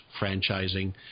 franchising